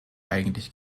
eigentlich